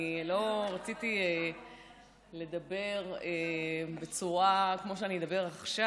אני לא רציתי לדבר כמו שאני אדבר עכשיו,